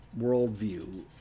worldview